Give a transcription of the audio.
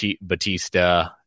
Batista